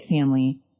family